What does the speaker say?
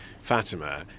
Fatima